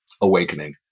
awakening